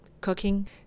cooking